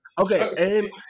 okay